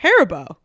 Haribo